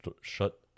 shut